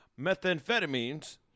methamphetamines